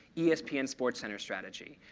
yeah espn sportscenter strategy,